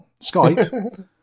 Skype